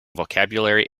vocabulary